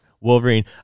Wolverine